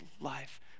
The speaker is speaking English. life